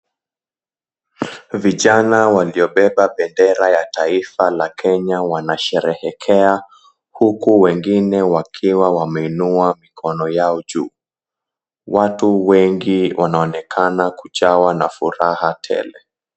Vijana waliobeba bendera ya taifa la Kenya wanasheherekea huku wengine wakiwa wameinua mikono yao juu. Watu wengi wanaonekana kujawa na furaha tele.